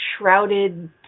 shrouded